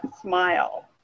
smile